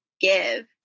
give